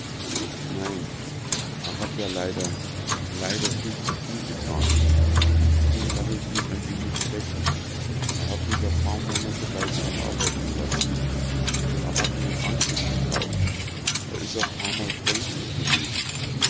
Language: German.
nein a hat ja leider leider viel zu viel getan nun kann ich mich an ihm nicht rächen a hat mich a paar monate bei sich arbeiten lassen a hat mir'n anzug gekauft a is a paarmal freundlich gewesen